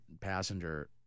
passenger